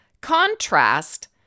contrast